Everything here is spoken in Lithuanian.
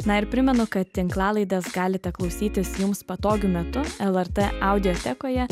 na ir primenu kad tinklalaidės galite klausytis jums patogiu metu lrt audiotekoje